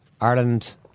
Ireland